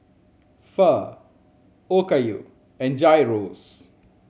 Pho Okayu and Gyros